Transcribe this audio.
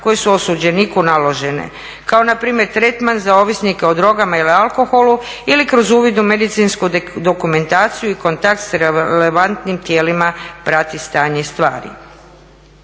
koje su osuđeniku naložene. Kao npr. tretman za ovisnike o drogama ili alkoholu ili kroz uvid u medicinsku dokumentaciju i kontakt s relevantnim tijelima prati stanje stvari.